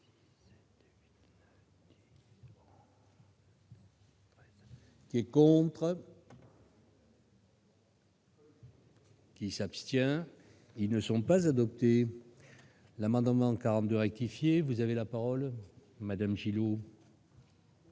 Ces contrôles. Qui s'abstient, ils ne sont pas adoptées, l'amendement 42 rectifier, vous avez la parole Madame Gillot.